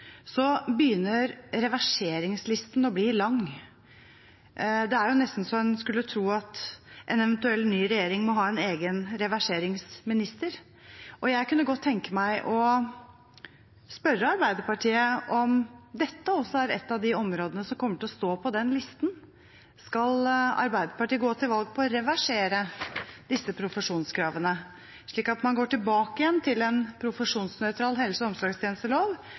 så en skulle tro at en eventuell ny regjering må ha en egen reverseringsminister. Jeg kunne godt tenke meg å spørre Arbeiderpartiet om dette også er et av de områdene som kommer til å stå på den listen: Skal Arbeiderpartiet gå til valg på å reversere disse profesjonskravene, slik at man går tilbake til en profesjonsnøytral helse- og omsorgstjenestelov,